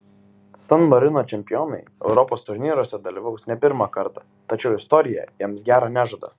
san marino čempionai europos turnyruose dalyvaus ne pirmą kartą tačiau istorija jiems gero nežada